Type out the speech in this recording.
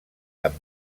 amb